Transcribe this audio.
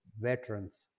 veterans